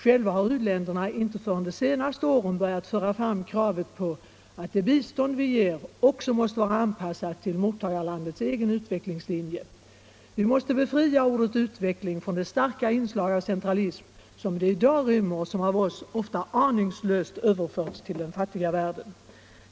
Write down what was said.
Själva har u-länderna inte förrän de senaste åren börjat föra fram kravet på att det bistånd vi ger också måste vara anpassat till mottagarlandets egen utvecklingslinje. Vi måste befria ordet utveckling från det starka inslag av centralism som det i dag rymmer och som av oss ofta aningslöst överförts till den fattiga världen.